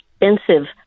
expensive